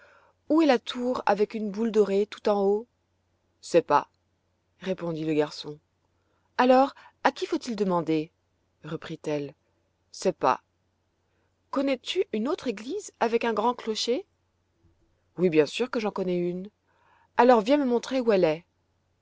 où est la tour avec une boule dorée tout en haut sais pas répondit le garçon alors à qui faut-il demander reprit-elle sais pas connais-tu une autre église avec un grand clocher oui bien sûr que j'en connais une alors viens me montrer où elle est